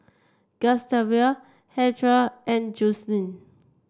Gustave Hertha and Joseline